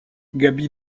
gaby